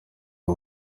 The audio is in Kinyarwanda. abo